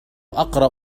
أقرأ